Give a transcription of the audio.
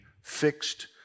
fixed